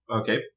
Okay